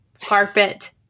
carpet